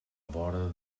vora